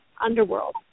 underworld